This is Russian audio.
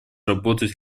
работать